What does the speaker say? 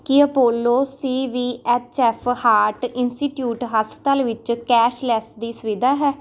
ਕੀ Apollo C V H F heart institute ਹਸਪਤਾਲ ਵਿੱਚ cashless ਦੀ ਸੁਵਿਧਾ ਹੈ